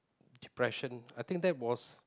depression I think that was